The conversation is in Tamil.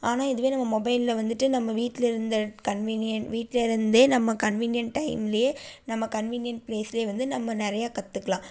ஆனால் இதுவே நம்ம மொபைலில் வந்துட்டு நம்ம வீட்டில் இருந்தே கன்வினியண்ட் வீட்டில் இருந்தே நம்ம கன்வினியண்ட் டைம்லயே நம்ம கன்வினியண்ட் பிளேஸ்லே வந்து நம்ம நிறையா கற்றுக்குலாம்